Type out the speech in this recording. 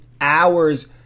hours